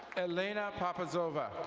elena papazova.